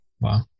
Wow